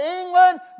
England